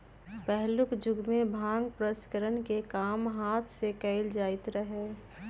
पहिलुक जुगमें भांग प्रसंस्करण के काम हात से कएल जाइत रहै